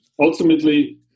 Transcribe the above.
Ultimately